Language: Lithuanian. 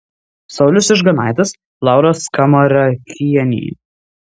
saulius ižganaitis laura skamarakienė